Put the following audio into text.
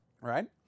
Right